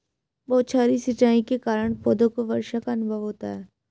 बौछारी सिंचाई के कारण पौधों को वर्षा का अनुभव होता है